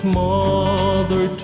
mother